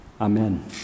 Amen